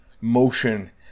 motion